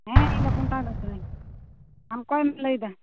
ᱦᱮᱸ ᱤᱧᱫᱚ ᱠᱳᱢᱯᱟᱰᱟᱨ ᱠᱟᱱᱟᱹᱧ ᱟᱢ ᱚᱠᱚᱭᱮᱢ ᱞᱟᱹᱭᱮᱫᱟ